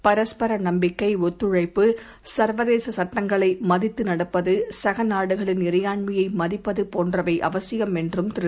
பரஸ்பரநம்பிக்கை ஒத்துழைப்பு சர்வதேசசட்டங்களைமதித்துநடப்பது சகநாடுகளின்இறையாண்மையைமதிப்பதுபோன்றவைஅவசியம்என்றும்திரு